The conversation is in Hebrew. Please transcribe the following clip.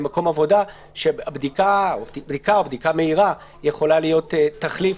במקום עבודה: שבדיקה או בדיקה מהירה יכולות להיות תחליף